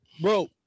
bro